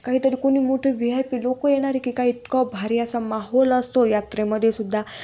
काहीतरी कोणी मोठं वि आय पी लोकं येणार आहे की काय इतकं भारी असा माहोल असतो यात्रेमध्ये सुद्धा